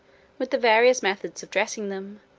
with the various methods of dressing them,